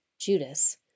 Judas